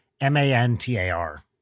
M-A-N-T-A-R